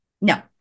No